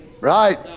Right